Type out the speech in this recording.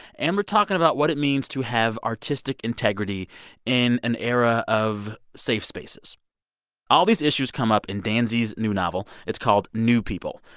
and we're talking about what it means to have artistic integrity in an era of safe spaces all these issues come up in danzy's new novel. it's called new people.